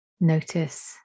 Notice